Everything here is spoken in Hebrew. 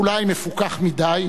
אולי מפוכח מדי,